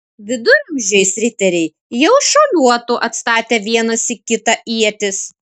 viduramžiais riteriai jau šuoliuotų atstatę vienas į kitą ietis